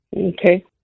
Okay